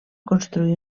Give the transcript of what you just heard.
construir